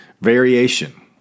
variation